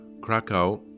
Krakow